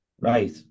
Right